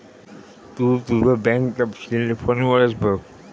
तु तुझो बँक तपशील फोनवरच बघ